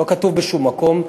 לא כתוב בשום מקום,